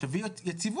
שתביא יותר יציבות?